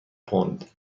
پوند